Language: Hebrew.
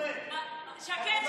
שקט,